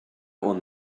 one